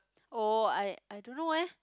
oh I I don't know eh